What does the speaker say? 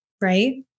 right